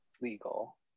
legal